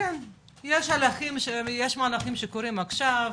כן, כן, יש מהלכים שקורים עכשיו,